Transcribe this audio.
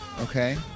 okay